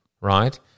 right